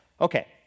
Okay